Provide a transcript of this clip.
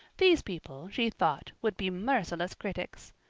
these people, she thought, would be merciless critics.